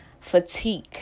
fatigue